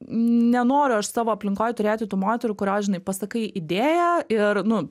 nenoriu aš savo aplinkoj turėti tų moterų kurios žinai pasakai idėją ir nu